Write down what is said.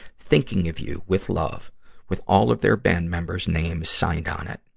thinking of you, with love with all of their band members' names signed on it.